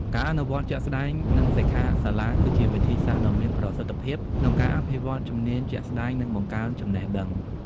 ការអនុវត្តជាក់ស្តែង និងសិក្ខាសាលា គឺជាវិធីសាស្ត្រដ៏មានប្រសិទ្ធភាពក្នុងការអភិវឌ្ឍជំនាញជាក់ស្តែង និងបង្កើនចំណេះដឹង។